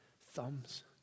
thumbs